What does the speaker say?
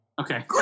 Okay